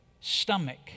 stomach